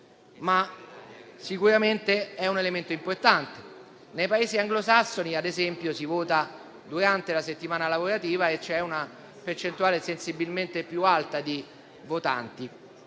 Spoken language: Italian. ma sicuramente è un elemento importante. Nei Paesi anglosassoni, ad esempio, si vota durante la settimana lavorativa e c'è una percentuale sensibilmente più alta di votanti.